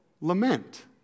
lament